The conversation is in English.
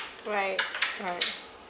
right right